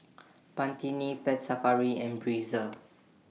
Pantene Pet Safari and Breezer